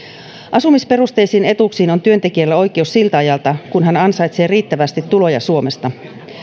asumisperusteisiin etuuksiin on työntekijällä oikeus siltä ajalta kun hän ansaitsee riittävästi tuloja suomesta